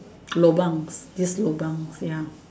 lobangs just lobangs ya